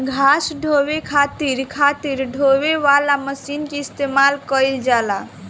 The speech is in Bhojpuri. घास ढोवे खातिर खातिर ढोवे वाली मशीन के इस्तेमाल कइल जाला